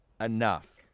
enough